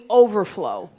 overflow